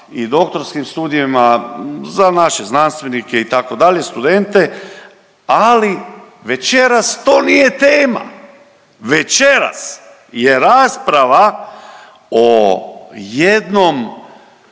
i doktorskim studijima, za naše znanstvenike itd., studente. Ali večeras to nije tema. Večeras je rasprava o jednom